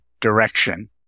direction